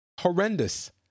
horrendous